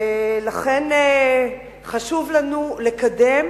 לכן, חשוב לנו לקדם